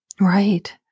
Right